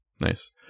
Nice